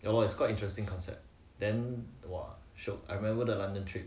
ya lor it's quite interesting concept then !wah! shiok I remember the london trip